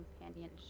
companion